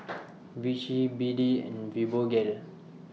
Vichy B D and Fibogel